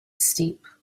steep